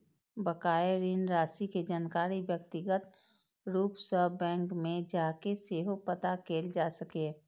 बकाया ऋण राशि के जानकारी व्यक्तिगत रूप सं बैंक मे जाके सेहो पता कैल जा सकैए